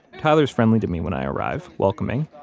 tyler's friendly to me when i arrive, welcoming,